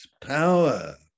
power